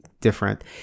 different